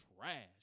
trash